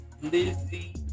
Lizzie